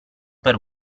per